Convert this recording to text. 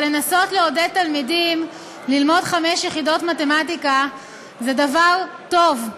אבל לנסות לעודד תלמידים ללמוד חמש יחידות מתמטיקה זה דבר טוב.